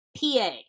PA